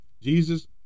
Jesus